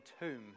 tomb